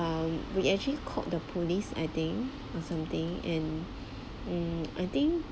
um we actually called the police I think or something and um I think